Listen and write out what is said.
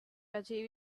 achieve